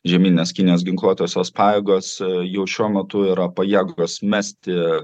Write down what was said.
žemyninės kinijos ginkluotosios pajėgos jau šiuo metu yra pajėgūs mesti